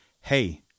Hey